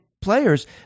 players